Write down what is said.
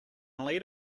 lead